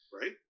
right